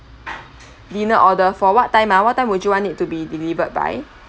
dinner order for what time ah what time would you want it to be delivered by